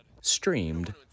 streamed